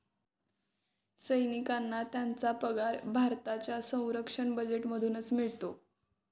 सैनिकांना त्यांचा पगार भारताच्या संरक्षण बजेटमधूनच मिळतो